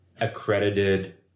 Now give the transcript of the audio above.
accredited